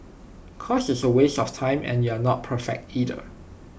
cause it's A waste of time and you're not perfect either